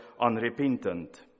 unrepentant